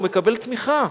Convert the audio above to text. הוא מקבל תמיכה.